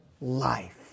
life